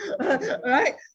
right